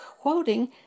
quoting